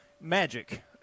Magic